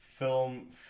Film